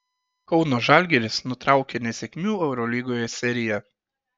kauno žalgiris nutraukė nesėkmių eurolygoje seriją